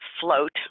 float